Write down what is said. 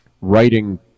writing